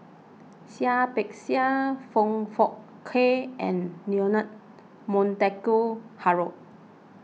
Seah Peck Seah Foong Fook Kay and Leonard Montague Harrod